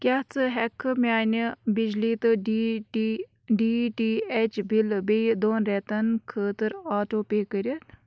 کیٛاہ ژٕ ہٮ۪ککھٕ میٛانہِ بِجلی تہٕ D T D T H بِلہٕ بیٚیہِ دۄن رٮ۪تَن خٲطرٕ آٹو پے کٔرِتھ